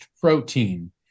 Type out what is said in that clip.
protein